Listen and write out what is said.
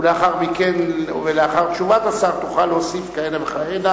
ולאחר תשובת השר תוכל להשיב כהנה וכהנה,